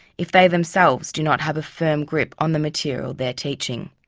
if they themselves do not have a firm grip on the material they're teaching?